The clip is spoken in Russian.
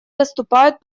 выступают